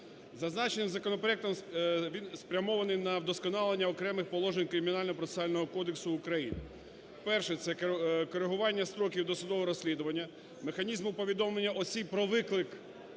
Зазначеним законопроектом... Він спрямований на вдосконалення окремих положень Кримінального процесуального кодексу України. Перше, це корегування стоків досудового розслідування, механізму повідомлення осіб про виклик